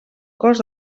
cos